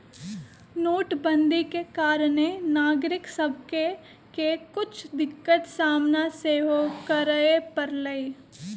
नोटबन्दि के कारणे नागरिक सभके के कुछ दिक्कत सामना सेहो करए परलइ